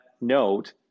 note